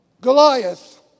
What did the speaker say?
Goliath